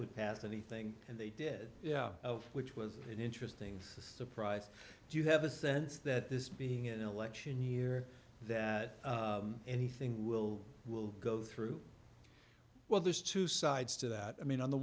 would pass anything and they did yeah which was an interesting surprise do you have a sense that this being an election year that anything will will go through well there's two sides to that i mean on the